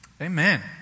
Amen